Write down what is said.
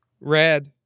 red